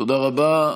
תודה רבה.